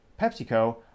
PepsiCo